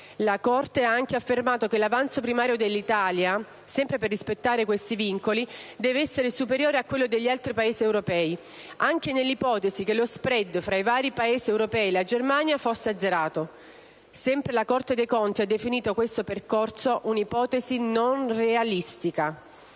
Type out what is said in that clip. La Corte ha anche affermato che l'avanzo primario dell'Italia, sempre per rispettare i vincoli del debito, deve essere superiore a quello degli altri Paesi europei, anche nell'ipotesi che lo *spread* fra i vari Paesi europei e la Germania fosse azzerato. Sempre la Corte dei conti ha definito tale percorso un'ipotesi non realistica.